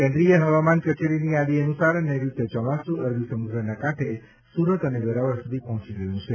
કેન્દ્રિય હવામાન કચેરીની યાદી અનુસાર નૈઋત્ય ચોમાસુ અરબી સમુદ્રના કાંઠે સુરત અને વેરાવળ સુધી પહોંચી ગયું છે